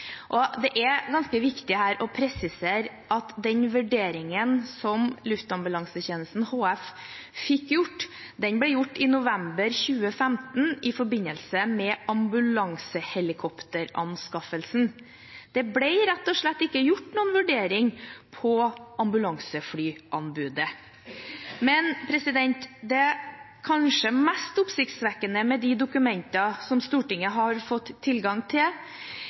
bistand. Det er ganske viktig å presisere at den vurderingen som Luftambulansetjenesten HF fikk gjort, ble gjort i november 2015 i forbindelse med ambulansehelikopteranskaffelsen. Det ble rett og slett ikke gjort noen vurdering av ambulanseflyanbudet. Men det kanskje mest oppsiktsvekkende med de dokumentene som Stortinget har fått tilgang til,